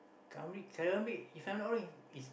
Khairul-Amri Khairul-Amri if I'm not wrong he he's